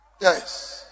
Yes